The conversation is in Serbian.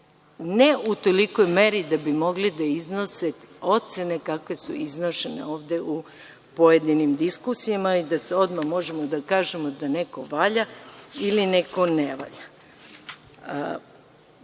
ne u tolikoj meri da bi mogli da iznose ocene kakve su iznošene ovde u pojedinim diskusijama i da odmah možemo da kažemo da neko valja ili neko ne valja. Bilo